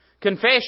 Confession